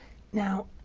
now,